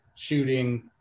shooting